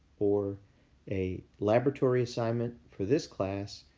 or a laboratory assignment for this class,